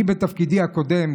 בתפקידי הקודם,